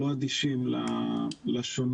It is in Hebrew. לא אדישים לשונות,